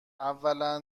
اولا